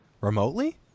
remotely